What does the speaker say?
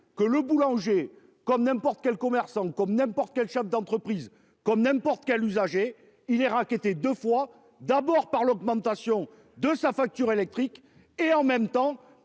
que le boulanger comme n'importe quel commerçant comme n'importe quel chef d'entreprise comme n'importe quel usager il Irak était 2 fois d'abord par l'augmentation de sa facture électrique et en même temps